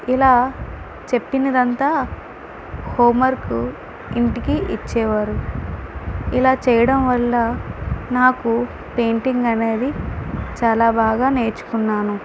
ఇలా చెప్పినదంతా హోంవర్క్ ఇంటికి ఇచ్చేవారు ఇలా చేయడం వల్ల నాకు పెయింటింగ్ అనేది చాలా బాగా నేర్చుకున్నాను